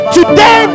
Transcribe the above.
Today